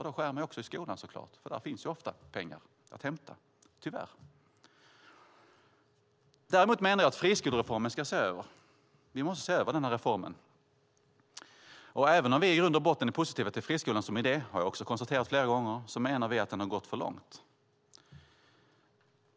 Då skär man också i skolan så klart. Där finns ofta pengar att hämta, tyvärr. Däremot menar jag att friskolereformen ska ses över. Vi måste se över den reformen. Även om vi i grund och botten är positiva till friskolan som idé - det har jag också konstaterat flera gånger - menar vi att den har gått för långt.